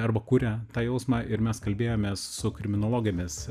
arba kuria tą jausmą ir mes kalbėjomės su kriminologėmis